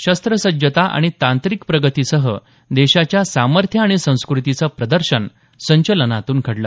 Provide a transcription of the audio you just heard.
शस्त्र सज्जता आणि तांत्रिक प्रगतीसह देशाच्या सामर्थ्य आणि संस्कृतीचं प्रदर्शन संचलनातून घडलं